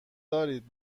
دارید